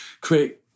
create